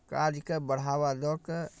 काजकेँ बढ़ावा दऽ के